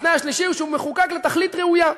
והתנאי השלישי הוא שהוא מחוקק לתכלית ראויה.